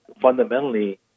fundamentally